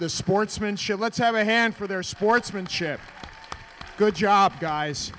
the sportsmanship let's have a hand for their sportsmanship good job guys